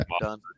done